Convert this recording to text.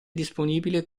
disponibile